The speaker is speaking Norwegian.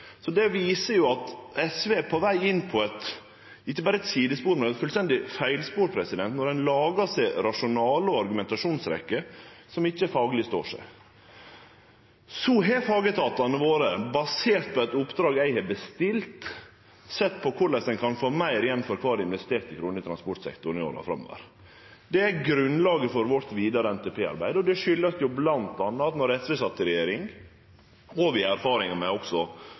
Det viser at SV er på veg inn på ikkje berre eit sidespor, men eit fullstendig feilspor, når dei lagar seg rasjonale og argumentasjonsrekkjer som ikkje står seg fagleg. Fagetatane våre har, basert på eit oppdrag eg har bestilt, sett på korleis ein kan få meir igjen for kvar investerte krone i transportsektoren i åra framover, og det er grunnlaget for vårt vidare NTP-arbeid. Det kjem bl.a. av at dei kostnadene ein anslår når Stortinget vedtek Nasjonal transportplan, altfor ofte sprekk – då SV sat i regjering, og vi har også erfaringar med